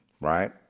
right